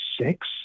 six